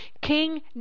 King